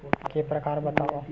के प्रकार बतावव?